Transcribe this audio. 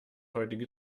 heutige